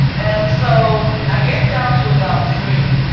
and so i get down to about three,